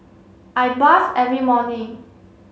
I bath every morning